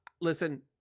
listen